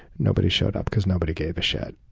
nobody showed up, because nobody gave a shit.